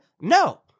no